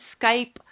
Skype